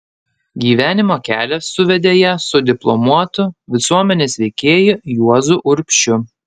gyvenimo kelias suvedė ją su diplomuotu visuomenės veikėju juozu urbšiu